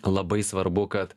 labai svarbu kad